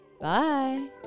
Bye